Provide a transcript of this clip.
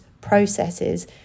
processes